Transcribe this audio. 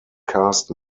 cast